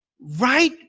right